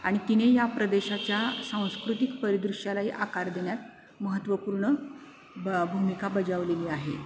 आणि तिने या प्रदेशाच्या सांस्कृतिक परिदृश्याला एक आकार देण्यात महत्त्वपूर्ण ब भूमिका बजावलेली आहे